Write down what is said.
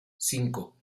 cinco